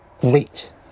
great